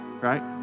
right